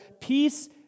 peace